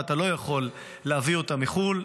ואתה לא יכול להביא אותם מחו"ל.